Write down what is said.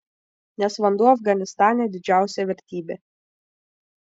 nes vanduo afganistane didžiausia vertybė